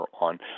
on